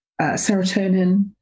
serotonin